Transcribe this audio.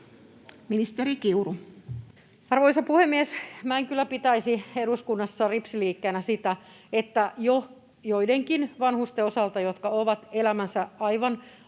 Content: Arvoisa puhemies! Minä en kyllä pitäisi eduskunnassa ripsiliikkeenä sitä, mitä jo joidenkin vanhusten osalta, jotka ovat elämänsä aivan loppuajan